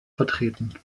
vertreten